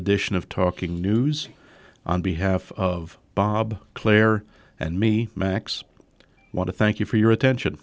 edition of talking news on behalf of bob claire and me max i want to thank you for your attention